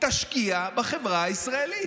תשקיע בחברה הישראלית.